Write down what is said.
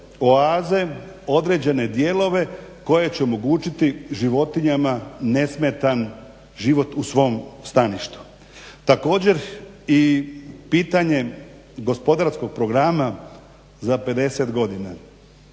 oaze, određene dijelove koje će omogućiti životinjama nesmetan život u svom staništu. Također, i pitanje gospodarskog programa za 50 godina.